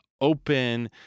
open